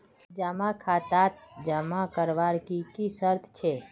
जमा खातात टका जमा करवार की की शर्त छे?